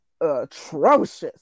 atrocious